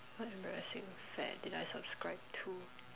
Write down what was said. what embarrassing fad did I subscribe to